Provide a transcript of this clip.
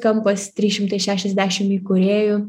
kampas trys šimtai šešiasdešim įkūrėju